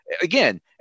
again